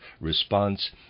response